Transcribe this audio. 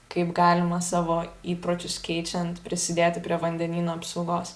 kaip galima savo įpročius keičiant prisidėti prie vandenynų apsaugos